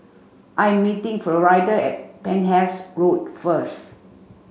I am meeting Florida at Penhas Road first